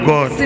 God